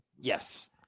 Yes